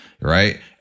Right